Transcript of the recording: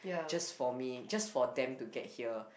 just for me just for them to get here